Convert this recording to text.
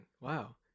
Wow